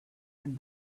and